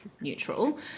neutral